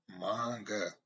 manga